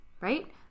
right